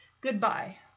goodbye